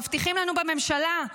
מבטיחים לנו בממשלה.